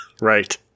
Right